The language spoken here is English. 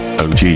OG